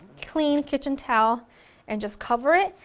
clean kitchen towel and just cover it.